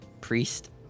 Priest